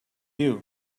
you